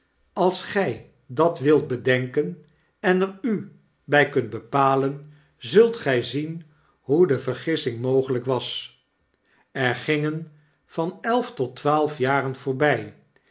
als gij dat wilt bedenken eneruby kunt bepalen zult gy zien hoe de vergissing mogelyk was er gingen van elf tot twaalf jaren voorbij